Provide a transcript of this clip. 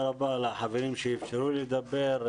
תודה רבה לחברים שאפשרו לי לדבר.